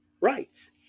rights